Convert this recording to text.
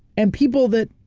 and people that,